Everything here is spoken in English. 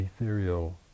ethereal